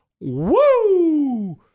woo